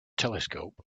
telescope